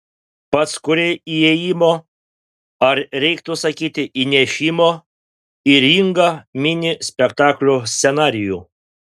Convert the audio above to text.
pats kūrei įėjimo ar reiktų sakyti įnešimo į ringą mini spektaklio scenarijų